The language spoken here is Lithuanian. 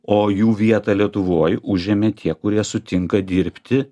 o jų vietą lietuvoj užėmė tie kurie sutinka dirbti